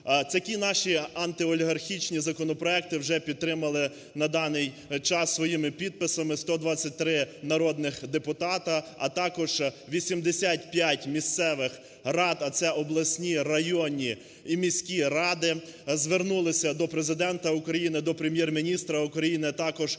Такі наші антиолігархічні законопроекти вже підтримали на даний час своїми підписами 123 народних депутата, а також 85 місцевих рад, а це обласні, районні і міські ради. Звернулися до Президента України, до Прем'єр-міністра України, а також